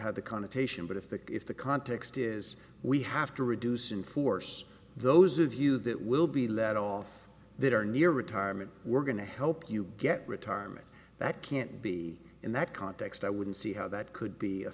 have the connotation but if the if the context is we have to reduce in force those of you that will be let off that are near retirement we're going to help you get retirement that can't be in that context i wouldn't see how that could be a